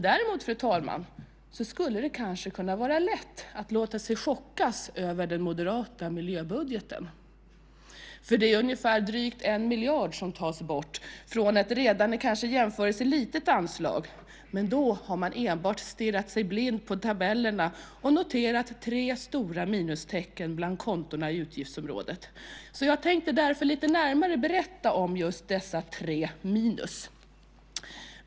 Däremot, fru talman, skulle det kunna vara lätt att chockas över den moderata miljöbudgeten. Det är drygt 1 miljard som tas från ett redan i jämförelse litet anslag, men då har man enbart stirrat sig blind på tabellerna och noterat tre stora minustecken bland kontona i utgiftsområdet. Jag tänkte därför lite närmare berätta om just dessa tre minus.